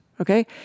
Okay